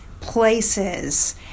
places